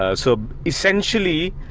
ah so essentially,